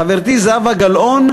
חברתי זהבה גלאון,